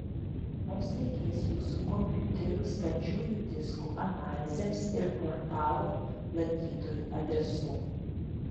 mums reikės jūsų kompiuterių standžiųjų diskų analizėms ir portalo lankytojų adresų